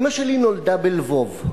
אמא שלי נולדה בלְבוֹב,